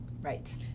Right